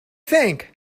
think